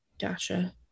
Gotcha